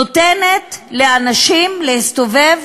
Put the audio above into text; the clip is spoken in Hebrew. נותנת לאנשים להסתובב